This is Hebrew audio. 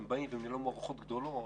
שניהלו מערכות גדולות,